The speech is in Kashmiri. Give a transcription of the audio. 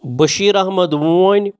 بشیٖر احمد وٲنۍ